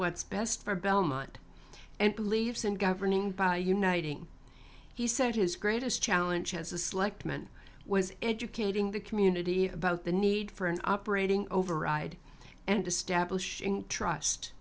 what's best for belmont and believes in governing by uniting he said his greatest challenge as a slick men was educating the community about the need for an operating override and establish trust